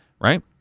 right